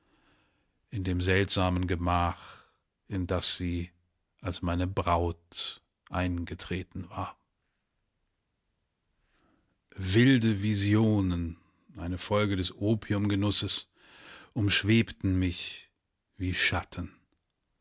in dem seltsamen gemach in das sie als meine braut eingetreten war wilde visionen eine folge des opiumgenusses umschwebten mich wie schatten